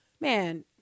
man